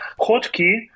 hotkey